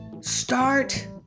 Start